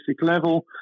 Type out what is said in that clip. level